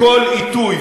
בכל עיתוי,